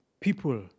people